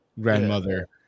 grandmother